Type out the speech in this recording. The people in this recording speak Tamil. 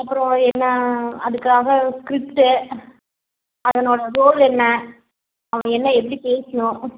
அப்புறம் என்ன அதுக்காக ஸ்க்ரிப்ட்டு அதனோட ரோல் என்ன அப்படி என்ன எப்படி பேசணும்